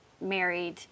married